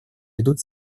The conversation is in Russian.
ведут